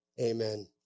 Amen